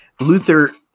Luther